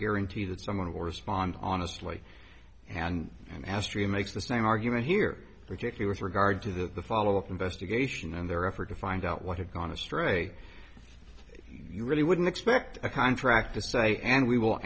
guarantee that someone will respond honestly and mastery makes the same argument here ridiculous regard to the follow up investigation and their effort to find out what had gone astray if you really wouldn't expect a contract to say and we will